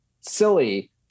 Silly